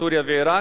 סוריה ועירק,